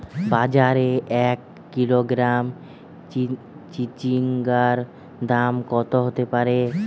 বাজারে এক কিলোগ্রাম চিচিঙ্গার দাম কত হতে পারে?